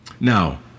Now